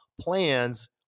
Plans